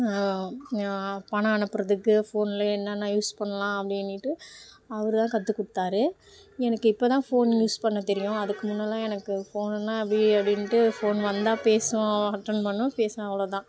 பணம் அனுப்புறதுக்கு ஃபோன்லேயே என்னென்னா யூஸ் பண்ணலாம் அப்படின்னிட்டு அவர் தான் கற்றுக் கொடுத்தாரு எனக்கு இப்போ தான் ஃபோன் யூஸ் பண்ண தெரியும் அதுக்கு முன்னெல்லாம் எனக்கு ஃபோனுன்னா இப்டி அப்டின்ட்டு ஃபோன் வந்தால் பேசுவோம் அட்டன் பண்ணுவேன் பேசுவேன் அவ்வளோ தான்